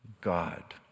God